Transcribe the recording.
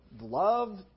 love